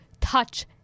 touch